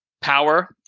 power